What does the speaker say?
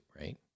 right